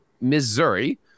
Missouri